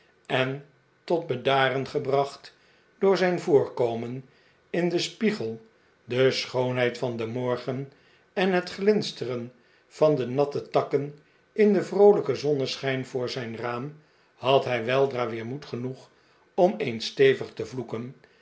en tot bedaren gebracht door zijn voorkomen in den spiegel de schoonheid van den morgen en het glinsteren van de natte takken in den vroolijken zonneschijn voor zijn raam had hij weldra weer moed genoeg om eens stevig te vloeken